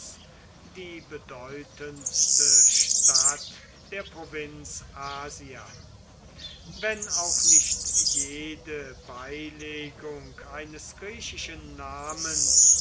die bedeutendste stadt der provinz asia wenn auch nicht jede beilegung eines griechischen namens